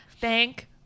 Thank